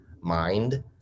mind